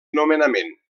nomenament